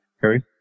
Harry